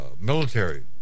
military